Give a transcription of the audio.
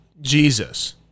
Jesus